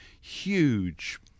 huge